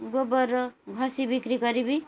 ଗୋବରର ଘଷି ବିକ୍ରି କରିବି